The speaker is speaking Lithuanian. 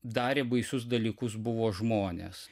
darė baisius dalykus buvo žmonės